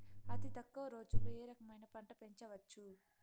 అతి తక్కువ రోజుల్లో ఏ రకమైన పంట పెంచవచ్చు?